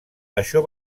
això